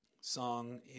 song